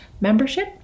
membership